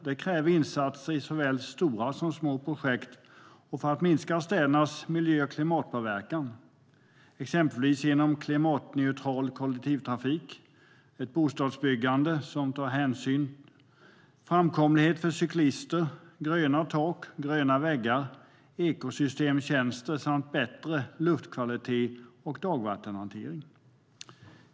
Det kräver insatser i såväl stora som små projekt för att minska städernas miljö och klimatpåverkan, exempelvis med hjälp av klimatneutral kollektivtrafik, bostadsbyggande, framkomlighet för cyklister, gröna tak och gröna väggar, ekosystemtjänster samt bättre luftkvalitet och dagvattenhantering.